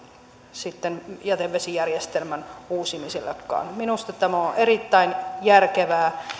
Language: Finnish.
sitten jätevesijärjestelmän uusimisellekaan minusta tämä on erittäin järkevää